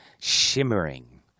shimmering